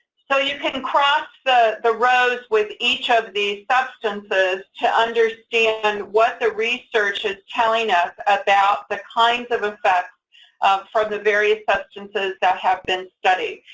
so you can cross the the roads with each of these substances to understand and what the research is telling us about the kinds of effects for the various substances that have been studied.